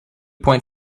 point